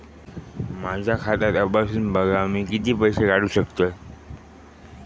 माझा खाता तपासून बघा मी किती पैशे काढू शकतय?